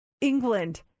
England